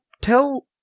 tell